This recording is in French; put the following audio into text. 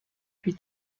plus